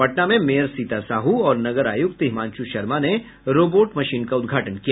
पटना में मेयर सीता साहू और नगर आयुक्त हिमांशु शर्मा ने रोबोट मशीन का उद्घाटन किया